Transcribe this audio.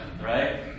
Right